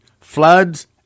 Floods